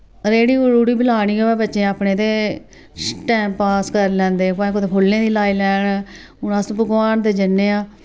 रेह्ड़ी रूह्ड़ी बी लान्नी होऐ बच्चें अपने ते टैम पास कर लैंदे भाएं कुतै फुल्लें दी लाई लैन हून अस भगोआन दे जन्ने आं